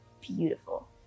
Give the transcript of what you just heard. beautiful